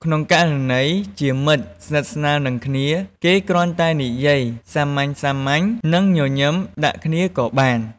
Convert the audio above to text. ក្នុងករណីជាមិត្តស្និទ្ធស្នាលនឹងគ្នា គេគ្រាន់តែនិយាយសាមញ្ញៗ និងញញឹមដាក់គ្នាក៏បាន។